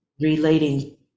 relating